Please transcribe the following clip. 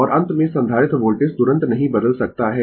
और अंत में संधारित्र वोल्टेज तुरंत नहीं बदल सकता है